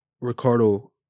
Ricardo